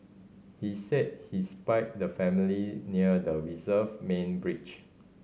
he said he spied the family near the reserve main bridge